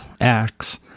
acts